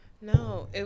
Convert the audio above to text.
No